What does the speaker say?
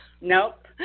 Nope